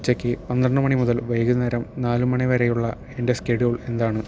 ഉച്ചയ്ക്ക് പന്ത്രണ്ട് മണി മുതൽ വൈകുന്നേരം നാല് മണി വരെയുള്ള എന്റെ ഷെഡ്യൂൾ എന്താണ്